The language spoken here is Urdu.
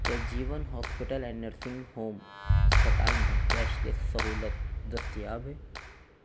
کیا Jeevan hospital and nursing home اسپتال میں کیش لیس سہولت دستیاب ہے